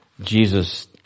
Jesus